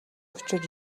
учир